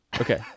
Okay